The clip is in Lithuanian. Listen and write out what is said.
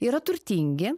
yra turtingi